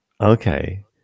Okay